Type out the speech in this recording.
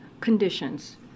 conditions